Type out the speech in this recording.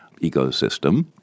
ecosystem